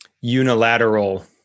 unilateral